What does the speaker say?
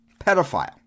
pedophile